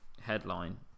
headline